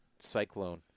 cyclone